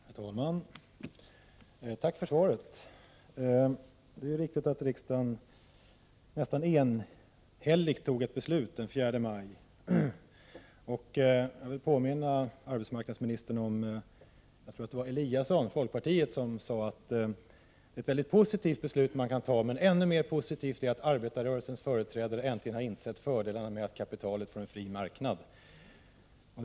Herr talman! Tack för svaret. Det är riktigt att riksdagen nästan enhälligt fattade ett beslut den 4 maj i detta ärende. Jag vill påminna arbetsmarknadsministern att folkpartiets Ingemar Eliasson då sade att det var ett mycket positivt beslut men att ännu positivare var att arbetarrörelsens företrädare äntligen har insett fördelarna med att kapitalet får röra sig på en fri marknad.